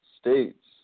States